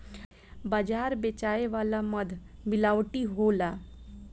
बाजार बेचाए वाला मध मिलावटी होला